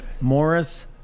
Morris